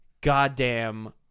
goddamn